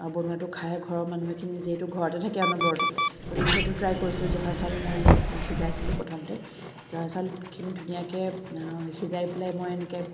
বনোৱাটো খাই ঘৰৰ মানুহখিনিয়ে যিহেতু ঘৰতে থাকে অনবৰতে গতিকে সেইটো ট্ৰাই কৰিছিলোঁ জহা চাউল মই সিজাইছিলোঁ প্ৰথমতে জহা চাউলখিনি ধুনীয়াকৈ সিজাই পেলাই মই এনেকৈ